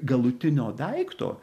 galutinio daikto